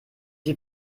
die